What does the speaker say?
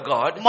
God